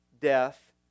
death